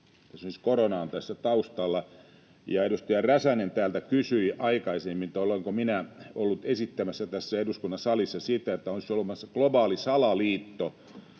korona on tässä taustalla. Edustaja Räsänen täältä kysyi aikaisemmin, olenko minä ollut esittämässä tässä eduskunnan salissa sitä, että olisi olemassa globaali salaliitto